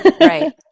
right